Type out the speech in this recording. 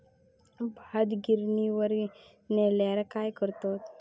भात गिर्निवर नेल्यार काय करतत?